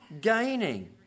gaining